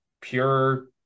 pure